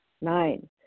Nine